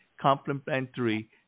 complementary